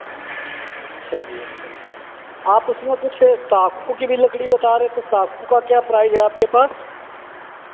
अच्छा जी अच्छा आप उसमें कुछ साखू की भी लकड़ी बता रहे थे साखू का क्या प्राइस है आपके पास